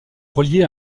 relié